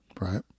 Right